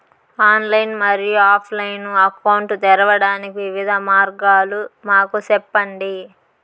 Online మరియు offline account తెరవడానికి వివిధ మార్గాలు మాకు సెప్పండి?